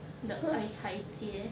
the 爱 high 姐